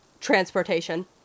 transportation